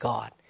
God